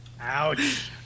Ouch